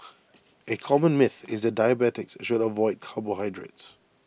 A common myth is that diabetics should avoid carbohydrates